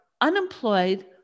unemployed